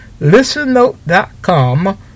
ListenNote.com